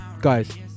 guys